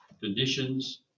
conditions